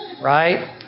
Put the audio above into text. Right